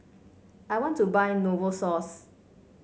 I want to buy Novosource